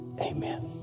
Amen